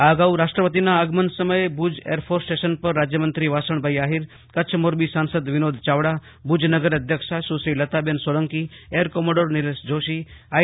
આ અગાઉ રાષ્ટ્રપતિના આગમન સમયે ભુજ એરફોર્સ સ્ટેશન પર રાજયમંત્રી વાસણભાઈ આહિરકચ્છ મોરબી સાસંદ વિનોદ ચાવડા ભુજ નગર અધ્યક્ષા સુશ્રી લતાબેન સોલંકીએર કોમોડોર નિલેશ જોષી આઈ